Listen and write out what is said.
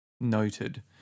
noted